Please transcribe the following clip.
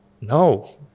No